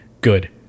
good